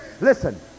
listen